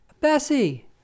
Bessie